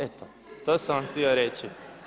Eto, to sam vam htio reći.